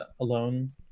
alone